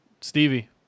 Stevie